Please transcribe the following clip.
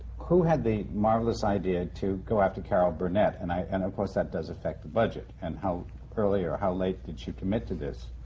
who had the marvelous idea to go after carol burnett? and and of course, that does affect the budget. and how early or how late did she commit to this?